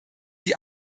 die